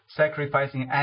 sacrificing